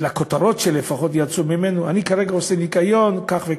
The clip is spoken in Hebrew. לכותרות שלפחות יצאו ממנו: אני כרגע עושה ניקיון כך וכך,